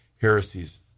heresies